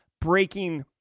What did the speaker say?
breaking